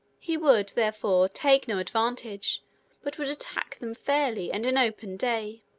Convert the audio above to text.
he would, therefore, take no advantage but would attack them fairly and in open day.